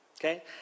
okay